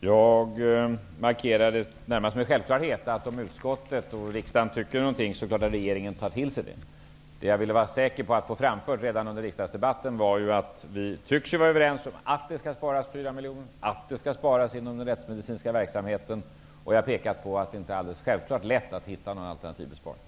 Herr talman! Jag markerade närmast med självklarhet att om utskottet och riksdagen tycker någonting, tar regeringen till sig detta. Det jag ville vara säker på att få framfört redan under riksdagsdebatten var att vi tycks vara överens om att det skall sparas 4 miljoner och att det skall sparas inom den rättsmedicinska verksamheten. Jag har påpekat att det inte är alldeles självklart lätt att hitta några alternativa besparingar.